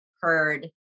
heard